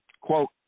quote